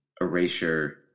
erasure